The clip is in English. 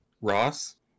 Ross